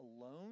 alone